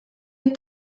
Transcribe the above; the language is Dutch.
een